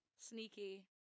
sneaky